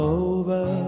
over